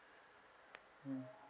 mm